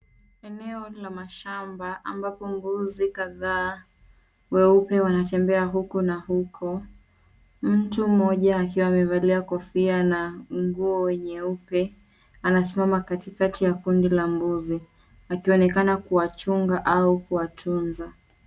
Eneo la mashamba ambapo mbuzi kadhaa, weupe wanatembea huku na huko. Mtu mmoja akiwa amevalia kofia na nguo nyeupe, anasimama katikati ya kundi la mbuzi, akionekana kuwachunga au kuwatunza.